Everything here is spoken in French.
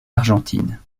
argentine